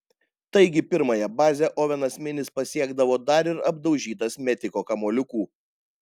taigi pirmąją bazę ovenas minis pasiekdavo dar ir apdaužytas metiko kamuoliukų